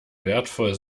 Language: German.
wertvoll